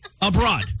abroad